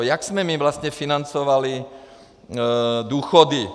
Jak jsme my vlastně financovali důchody?